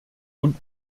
und